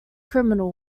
criminal